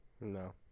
No